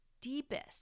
deepest